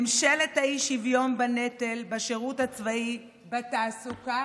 ממשלת האי-שוויון בנטל, בשירות הצבאי, בתעסוקה,